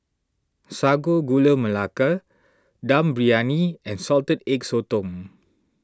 Sago Gula Melaka Dum Briyani and Salted Egg Sotong